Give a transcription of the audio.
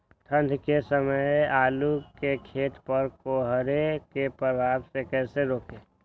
ठंढ के समय आलू के खेत पर कोहरे के प्रभाव को कैसे रोके?